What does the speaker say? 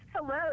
Hello